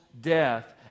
death